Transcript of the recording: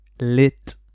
lit